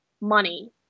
money